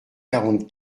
quarante